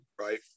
right